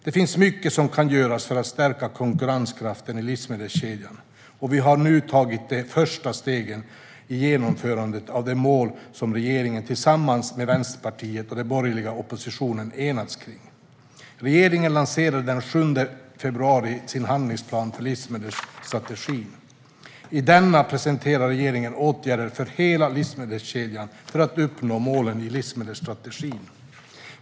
Det finns mycket som kan göras för att stärka konkurrenskraften i livsmedelskedjan, och vi har nu tagit de första stegen i genomförandet av de mål som regeringen, tillsammans med Vänsterpartiet och den borgerliga oppositionen, enats kring. Regeringen lanserade den 7 februari sin handlingsplan för livsmedelsstrategin. I denna presenterar regeringen åtgärder för hela livsmedelskedjan för att uppnå målen i livsmedelsstrategin.